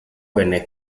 venne